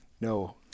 No